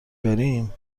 بریم